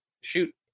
shoot